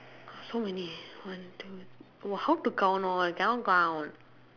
so many one two !wah! how to count lor I cannot count